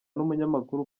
n’umunyamakuru